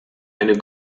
eine